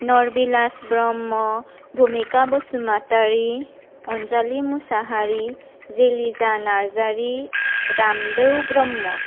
Narbilas Brahma Bhumika Basumatary Anjali Mushahary Jilija Narzary Ramdau Brahma